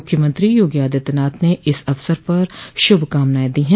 मुख्यमत्री योगी आदित्यनाथ ने इस अवसर पर शुभकामनाएं दी हैं